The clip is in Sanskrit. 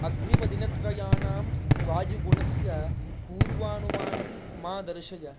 अग्रिमदिनत्रयाणां वायुगुणस्य पूर्वानुमानं मा दर्शय